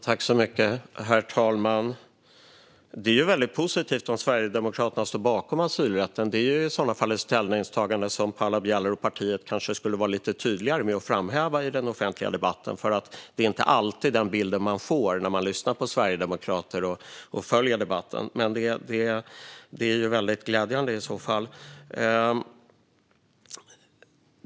Herr talman! Det är väldigt positivt om Sverigedemokraterna står bakom asylrätten. Det är i så fall ett ställningstagande som Paula Bieler och partiet kanske skulle vara lite tydligare med och framhäva i den offentliga debatten. Det är inte alltid den bilden man får när man lyssnar på sverigedemokrater och följer debatten, men det är i så fall väldigt glädjande. Herr talman!